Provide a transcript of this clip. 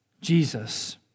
Jesus